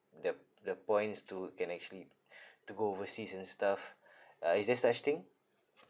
the the points to can actually to go overseas and stuff uh is there such thing